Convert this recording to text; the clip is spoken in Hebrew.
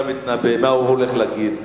איך אתה מתנבא מה הוא הולך להגיד?